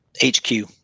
HQ